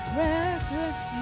reckless